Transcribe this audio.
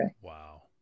Wow